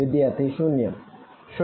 વિદ્યાર્થી 0 0